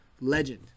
legend